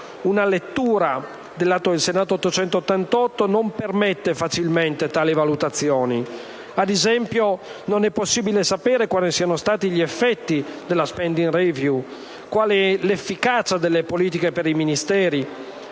una lettura dell'Atto Senato n. 888 non permette facilmente tali valutazioni: ad esempio, non è possibile sapere quali siano stati gli effetti della *spending review*, quale l'efficacia delle politiche per i Ministeri,